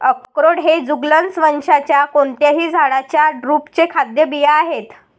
अक्रोड हे जुगलन्स वंशाच्या कोणत्याही झाडाच्या ड्रुपचे खाद्य बिया आहेत